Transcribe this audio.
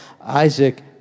Isaac